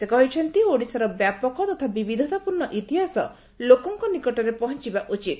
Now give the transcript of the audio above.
ସେ କହିଛନ୍ତି ଓଡ଼ିଶାର ବ୍ୟାପକ ତଥା ବିବିଧତାପୂର୍ଣ୍ଣ ଇତିହାସ ଲୋକଙ୍କ ନିକଟରେ ପହଞ୍ଚିବା ଉଚିତ